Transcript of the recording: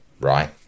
right